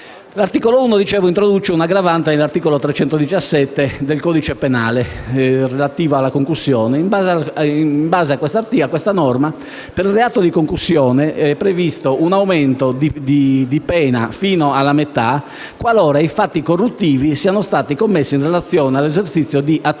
L'articolo 1 introduce un'aggravante all'articolo 317 del codice penale, relativamente al reato di concussione. In base alla norma, per il reato di concussione è previsto un aumento della pena fino alla metà, qualora i fatti corruttivi siano stati commessi in relazione all'esercizio di «attività